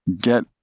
get